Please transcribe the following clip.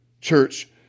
Church